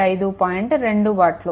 2 వాట్లు